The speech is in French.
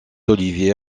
olivier